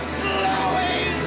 slowing